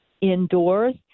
indoors